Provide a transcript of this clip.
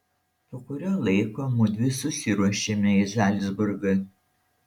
po kurio laiko mudvi susiruošėme į zalcburgą